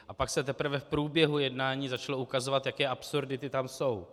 A pak se teprve v průběhu jednání začalo ukazovat, jaké absurdity tam jsou.